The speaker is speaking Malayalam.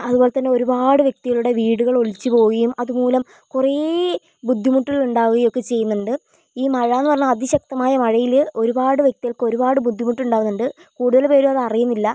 അതുപോലതന്നെ ഒരുപാട് വ്യക്തികളുടെ വീടുകൾ ഒലിച്ചുപോകുകയും അതുമൂലം കുറെ ബുദ്ധിമുട്ടുണ്ടാവുകയൊക്കെ ചെയ്യുനുണ്ട് ഈ മഴയെന്നു പറഞ്ഞാൽ അതിശക്തമായ മഴയില് ഒരുപാട് വ്യക്തികൾക്ക് ഒരുപാട് ബുദ്ധിമുട്ടുണ്ടാവുന്നുണ്ട് ണ്ട് കൂടുതൽപേരും അത് ആറിയുന്നില്ല